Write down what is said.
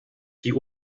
die